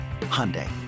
Hyundai